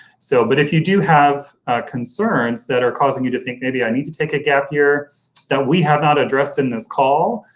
so but if you do have concerns that are causing you to think, maybe i need to take a gap year that we have not addressed in this call,